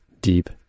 deep